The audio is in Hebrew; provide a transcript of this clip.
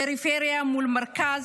פריפריה מול מרכז,